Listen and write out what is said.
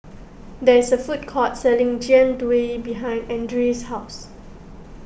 there is a food court selling Jian Dui behind Ardyce's house